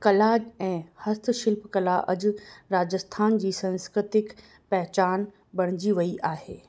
कला ऐं हस्त शिल्पकला अॼु राजस्थान जी संस्कृतिक पहचान बणिजी वई आहे